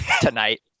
tonight